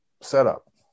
setup